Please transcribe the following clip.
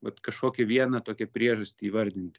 vat kažkokią vieną tokią priežastį įvardinti